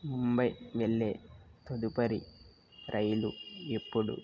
ముంబై వెళ్ళే తదుపరి రైలు ఎప్పుడు